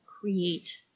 create